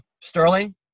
Sterling